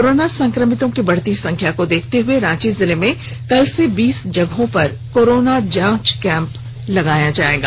corona संक्रमितों की बढ़ती संख्या को देखते हुए रांची जिले में कल से बीस जगहों पर कोरोना जांच कैम्प लगाया जाएगा